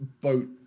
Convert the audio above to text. boat